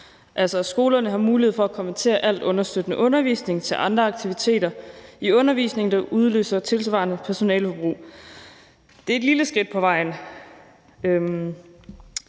altså at skolerne har mulighed for at konvertere al understøttende undervisning til andre aktiviteter i undervisningen, der udløser et tilsvarende personaleforbrug. Det er et lille skridt på vejen.